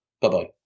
Bye-bye